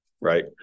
right